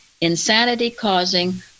insanity-causing